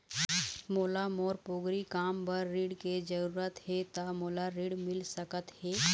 मोला मोर पोगरी काम बर ऋण के जरूरत हे ता मोला ऋण मिल सकत हे?